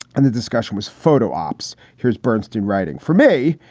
and the discussion was photo ops. here's bernstein writing for me.